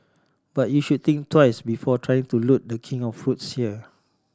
but you should think twice before trying to loot The King of fruits here